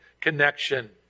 connection